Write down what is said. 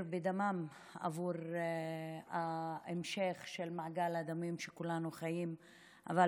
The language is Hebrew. עבור ההמשך של מעגל הדמים שכולנו חיים בו.